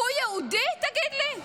הוא יהודי, תגיד לי?